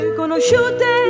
conosciute